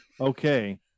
okay